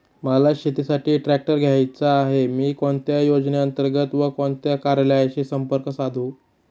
मला शेतीसाठी ट्रॅक्टर घ्यायचा आहे, मी कोणत्या योजने अंतर्गत व कोणत्या कार्यालयाशी संपर्क साधू?